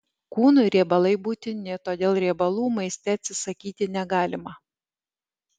kūnui riebalai būtini todėl riebalų maiste atsisakyti negalima